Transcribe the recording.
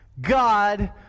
God